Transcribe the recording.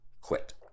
quit